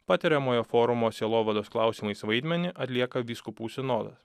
patariamojo forumo sielovados klausimais vaidmenį atlieka vyskupų sinodas